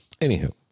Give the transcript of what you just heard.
Anywho